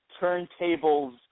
turntables